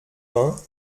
vingt